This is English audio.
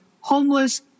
homeless